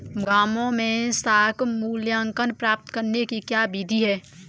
गाँवों में साख मूल्यांकन प्राप्त करने की क्या विधि है?